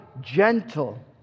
gentle